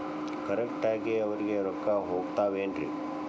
Correct ಆಗಿ ಅವರಿಗೆ ರೊಕ್ಕ ಹೋಗ್ತಾವೇನ್ರಿ?